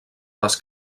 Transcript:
les